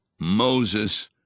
Moses